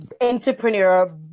entrepreneur